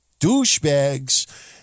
douchebags